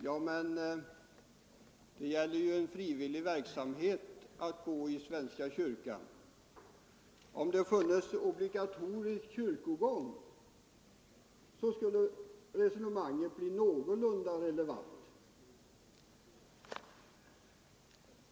Ja, men att gå i kyrkan är ju en frivillig verksamhet. Om kyrkogången vore obligatorisk, skulle resonemanget bli någorlunda relevant.